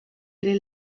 ere